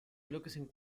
colegio